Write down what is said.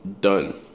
done